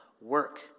work